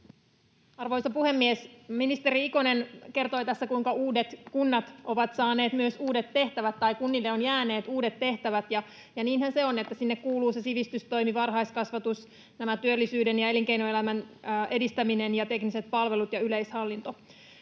Arvoisa puhemies! Ministeri Ikonen kertoi tässä, kuinka kunnat ovat saaneet myös uudet tehtävät tai kunnille ovat jääneet uudet tehtävät, ja niinhän se on, että sinne kuuluvat sivistystoimi, varhaiskasvatus, työllisyyden ja elinkeinoelämän edistäminen ja tekniset palvelut ja yleishallinto.